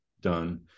done